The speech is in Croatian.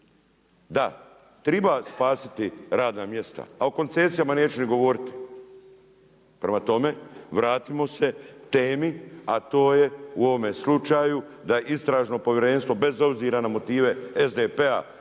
Da, triba spasiti radna mjesta, a o koncesijama neću ni govoriti. Prema tome, vratimo se temi, a to je u ovome slučaju da istražno povjerenstvo bez obzira na motive SDP-a